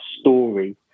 story